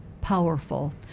powerful